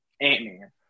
Ant-Man